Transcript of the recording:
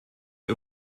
der